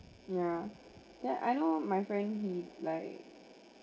yeah yeah I know my friend he like